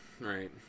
Right